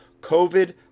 COVID